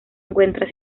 encuentra